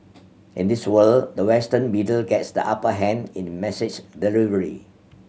in this world the western media gets the upper hand in message delivery